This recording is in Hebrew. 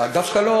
על זה?